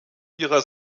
ihrer